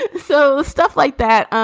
and so stuff like that.